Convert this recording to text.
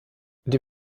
die